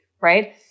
right